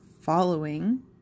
following